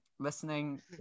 listening